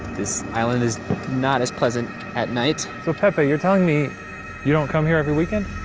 this island is not as pleasant at night. so pepe, you're telling me you don't come here every weekend?